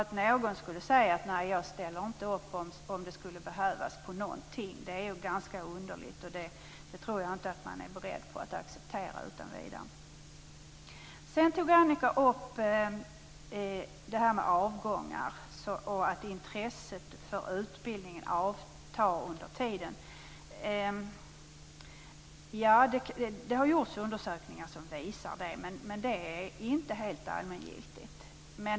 Det skulle vara ganska underligt om någon skulle få säga: Jag vill inte ställa upp på någonting, även om det skulle behövas. Jag tror inte att man är beredd att acceptera det utan vidare. Annika Nordgren tog också upp frågan om avhoppen från utbildningen och menade att intresset för utbildningen efter hand avtar. Det har gjorts undersökningar som visar detta, men det är inte något helt allmängiltigt.